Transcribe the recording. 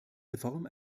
reform